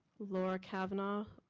laura kavanaugh?